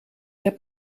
heb